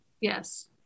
yes